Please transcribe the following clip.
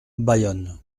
bayonne